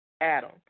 Adam